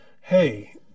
hey